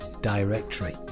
directory